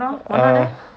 ah